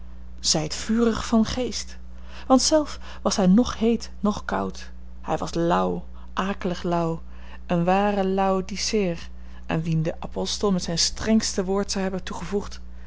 zijt vurig van geest want zelf was hij noch heet noch koud hij was lauw akelig lauw een ware laodiceër aan wien de apostel met zijn strengste woord zou hebben toegevoegd